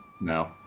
No